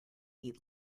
eat